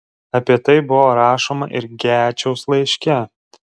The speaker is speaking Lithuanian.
apie tai buvo rašoma ir gečiaus laiške